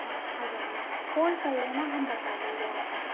हाँ आ जाना कॉल कर लेना हम बता देंगे आकर